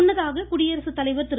முன்னதாக குடியரசுத்தலைவர் திரு